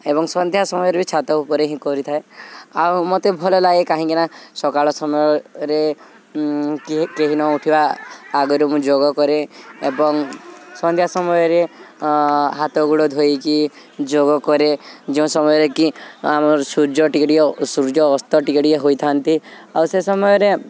ଏବଂ ସନ୍ଧ୍ୟା ସମୟରେ ବି ଛାତ ଉପରେ ହିଁ କରିଥାଏ ଆଉ ମୋତେ ଭଲ ଲାଗେ କାହିଁକିନା ସକାଳ ସମୟରେ କିଏ କେହି ନ ଉଠିବା ଆଗରୁ ମୁଁ ଯୋଗ କରେ ଏବଂ ସନ୍ଧ୍ୟା ସମୟରେ ହାତ ଗୁଡ଼ ଧୋଇକି ଯୋଗ କରେ ଯୋଉଁ ସମୟରେ କି ଆମର ସୂର୍ଯ୍ୟ ଟିକେ ଟିକେ ସୂର୍ଯ୍ୟ ଅସ୍ତ ଟିକେ ଟିକେ ହୋଇଥାନ୍ତି ଆଉ ସେ ସମୟରେ